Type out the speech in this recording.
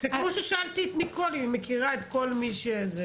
זה כמו ששאלתי אם היא מכירה את כל מי שהתלוננה,